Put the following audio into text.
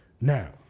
Now